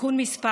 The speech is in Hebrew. (תיקון מס'